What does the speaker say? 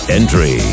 Entry